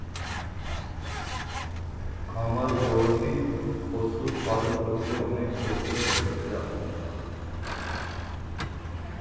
খামারে গবাদি পশুর পালন করতে অনেক রকমের অসুবিধা হয়